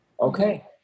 Okay